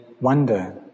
wonder